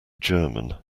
german